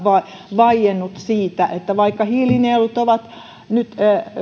vaiennut siitä että vaikka hiilinielut ovat nyt